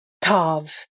Tav